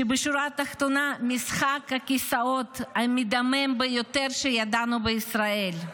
בשורה התחתונה משחק הכיסאות המדמם ביותר שידענו בישראל.